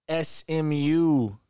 SMU